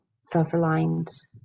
self-reliant